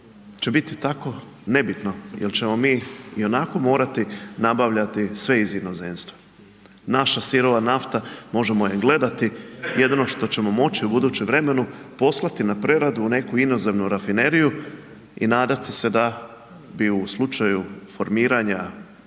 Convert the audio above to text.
će biti tako nebitno jel ćemo mi i onako morati nabavljati sve iz inozemstva. Naša sirova nafta možemo je gledati jedino što ćemo moći u budućem vremenu poslati na preradu u neku inozemnu rafineriju i nadati se da bi u slučaju formiranja,